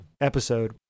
episode